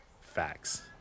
Facts